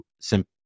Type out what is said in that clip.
simple